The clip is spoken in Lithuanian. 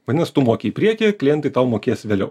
vadinas tu moki į priekį klientai tau mokės vėliau